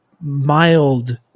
mild